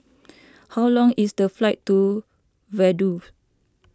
how long is the flight to Vaduz